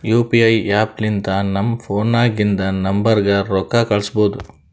you P I app ಲಿಂತ ನಮ್ ಫೋನ್ನಾಗಿಂದ ನಂಬರ್ಗ ರೊಕ್ಕಾ ಕಳುಸ್ಬೋದ್